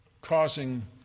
causing